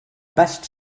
best